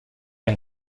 and